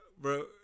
bro